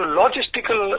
logistical